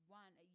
one